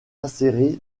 insérée